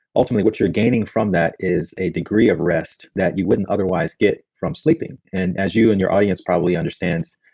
ultimately what you're gaining from that is a degree of rest that you wouldn't otherwise get from sleeping and as you and your audience probably understands,